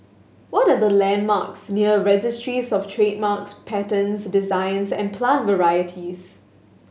what are the landmarks near Registries Of Trademarks Patents Designs and Plant Varieties